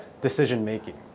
decision-making